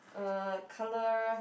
uh colour